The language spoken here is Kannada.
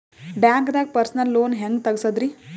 ಬ್ಯಾಂಕ್ದಾಗ ಪರ್ಸನಲ್ ಲೋನ್ ಹೆಂಗ್ ತಗ್ಸದ್ರಿ?